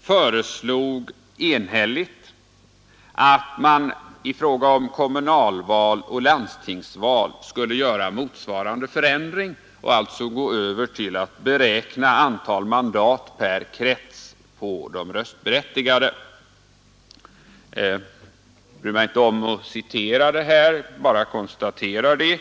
föreslog enhälligt att man i fråga om kommunalval och landstingsval skulle göra motsvarande förändring och alltså gå över till att beräkna antal mandat per krets på antalet röstberättigade. Jag bryr mig inte om att citera det här — jag bara konstaterar det.